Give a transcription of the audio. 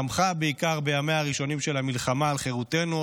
צמחה בעיקר בימיה הראשונים של המלחמה על חירותנו,